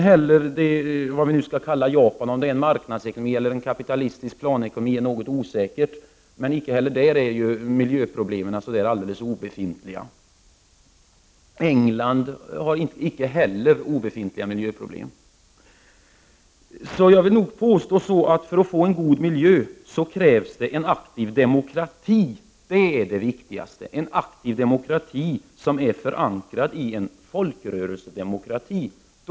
Det är inte heller Japan, men om det är en marknadsekonomi eller en kapitalistisk planekonomi är något osäkert. Men icke heller där är ju miljöproblemen obefintliga. Inte heller England har obefintliga miljöproblem. Jag vill därför påstå att det för att man skall få en god miljö krävs en aktiv demokrati som är förankrad i en folkrörelsedemokrati. Det är det viktigaste.